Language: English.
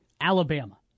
Alabama